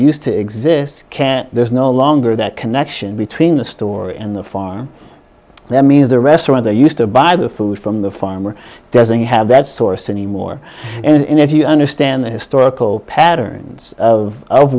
used to exist there's no longer that connection between the story and the farm that means the restaurant they used to buy the food from the farmer doesn't have that source anymore and if you understand the historical patterns of